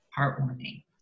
heartwarming